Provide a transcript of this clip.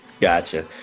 Gotcha